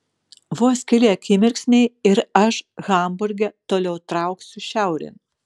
vos keli akimirksniai ir aš hamburge toliau trauksiu šiaurėn